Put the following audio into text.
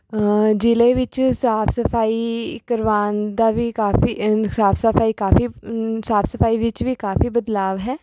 ਜ਼ਿਲ੍ਹੇ ਵਿੱਚ ਸਾਫ਼ ਸਫ਼ਾਈ ਕਰਵਾਉਣ ਦਾ ਵੀ ਕਾਫੀ ਸਾਫ਼ ਸਫ਼ਾਈ ਕਾਫੀ ਸਾਫ਼ ਸਫ਼ਾਈ ਵਿੱਚ ਵੀ ਕਾਫੀ ਬਦਲਾਵ ਹੈ